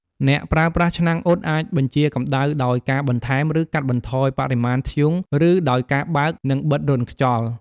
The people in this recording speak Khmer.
អ្នកប្រើប្រាស់ឆ្នាំងអ៊ុតអាចបញ្ជាកម្ដៅដោយការបន្ថែម ឬកាត់បន្ថយបរិមាណធ្យូង ឬដោយការបើក និងបិទរន្ធខ្យល់ ។